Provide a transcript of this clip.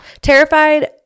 terrified